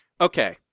okay